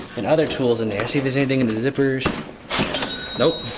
and other tools in there see if there's anything in the zippers nope